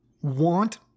want